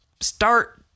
start